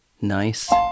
Nice